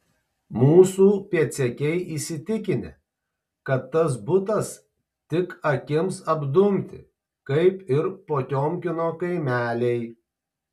mūsų pėdsekiai įsitikinę kad tas butas tik akims apdumti kaip ir potiomkino kaimeliai